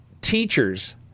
teachers